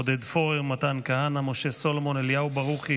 עודד פורר, מתן כהנא, משה סולומון, אליהו ברוכי